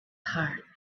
heart